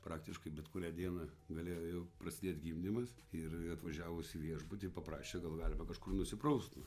praktiškai bet kurią dieną galėjo jau prasidėt gimdymas ir atvažiavus į viešbutį paprašė gal galima kažkur nusipraust nu